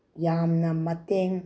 ꯌꯥꯝꯅ ꯃꯇꯦꯡ